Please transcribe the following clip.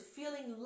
feeling